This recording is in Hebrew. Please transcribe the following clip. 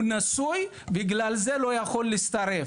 הוא נשוי בגלל זה הוא לא יכול להצטרף